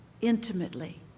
intimately